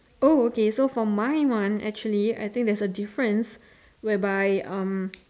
oh okay so for my one actually I think there's a difference whereby um